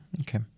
Okay